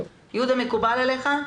יהודה, מקובל עליך?